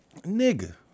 nigga